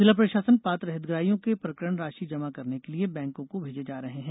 जिला प्रषासन पात्र हितग्राहियों के प्रकरण राशि जमा करने के लिये बैंकों को भेजे रहा है